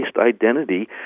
identity